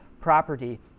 property